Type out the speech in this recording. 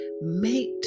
Make